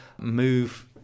move